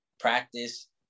practice